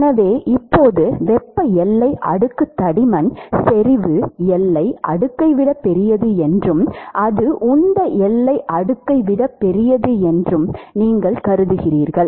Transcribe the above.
எனவே இப்போது வெப்ப எல்லை அடுக்கு தடிமன் செறிவு எல்லை அடுக்கை விட பெரியது என்றும் அது உந்த எல்லை அடுக்கை விட பெரியது என்றும் நீங்கள் கருதுகிறீர்கள்